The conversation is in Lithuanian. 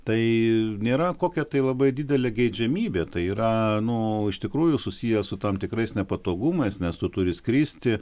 tai nėra kokia tai labai didelė geidžiamybė tai yra nu iš tikrųjų susiję su tam tikrais nepatogumais nes tu turi skristi